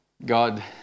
God